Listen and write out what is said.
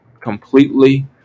completely